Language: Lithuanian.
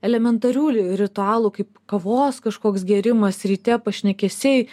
elementarių ritualų kaip kavos kažkoks gėrimas ryte pašnekesiai